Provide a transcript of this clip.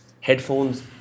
headphones